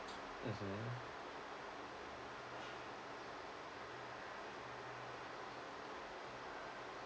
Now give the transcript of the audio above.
mmhmm